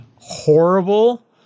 horrible